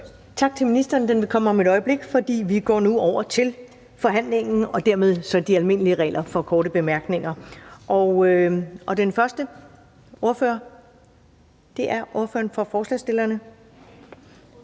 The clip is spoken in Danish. Tak til ministeren. Den vil komme om et øjeblik, for vi går nu over til forhandlingen og dermed de almindelige regler for korte bemærkninger. Den første ordfører er ordføreren for forespørgerne,